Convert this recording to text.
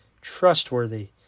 trustworthy